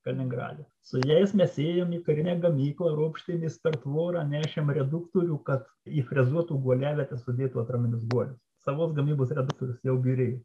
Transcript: kaliningrade su jais mes ėjome į karinę gamyklą ropštėmės per tvorą nešėme reduktorių kad į frezuotą guolėlį kad sudėtų atraminius guolius savos gamybos redaktorius jau byrėjo